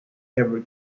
ever